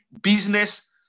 business